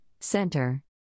Center